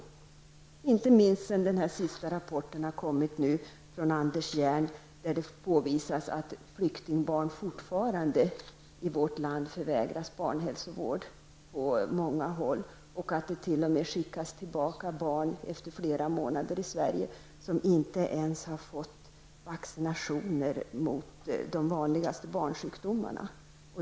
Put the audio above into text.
Detta gäller inte minst sedan Anders Hjern har lämnat in sin rapport, i vilken det påvisas att flyktingbarn fortfarande förvägras barnhälsovård på många håll i vårt land och att barn t.o.m. skickas tillbaka efter flera månader i Sverige utan att ens ha fått vaccinationer mot de vanligaste barnsjukdomarna.